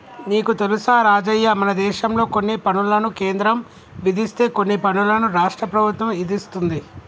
నీకు తెలుసా రాజయ్య మనదేశంలో కొన్ని పనులను కేంద్రం విధిస్తే కొన్ని పనులను రాష్ట్ర ప్రభుత్వం ఇదిస్తుంది